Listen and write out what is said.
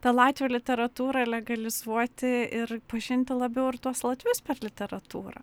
tą latvių literatūrą legalizuoti ir pažinti labiau ir tuos latvius per literatūrą